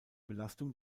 belastung